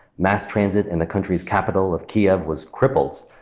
mass transit in the country's capital of kyiv was crippled.